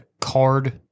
card